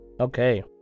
Okay